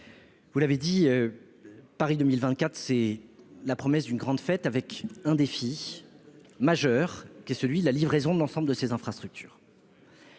vous l'avez dit, Paris 2024, c'est la promesse d'une grande fête, mais aussi un défi majeur : la livraison de l'ensemble de ces infrastructures.